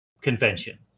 convention